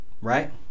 right